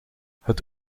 het